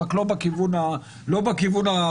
רק לא בכיוון הרצוי.